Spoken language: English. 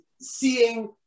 seeing